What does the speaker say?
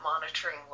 monitoring